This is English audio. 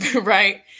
right